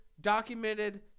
documented